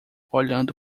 olhando